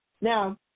Now